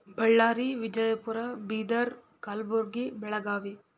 Ballari Vijayapura Bidar Kalaburagi Belagavi